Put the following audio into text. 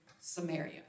Samaria